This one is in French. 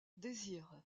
désir